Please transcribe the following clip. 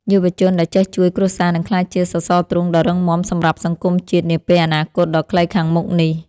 យុវជនដែលចេះជួយគ្រួសារនឹងក្លាយជាសសរទ្រូងដ៏រឹងមាំសម្រាប់សង្គមជាតិនាពេលអនាគតដ៏ខ្លីខាងមុខនេះ។